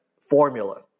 formula